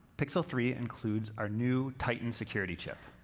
pixel three includes our new titan security chip.